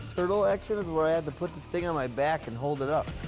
turtle action is where i have to put this thing on my back and hold it up.